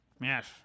Yes